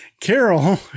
Carol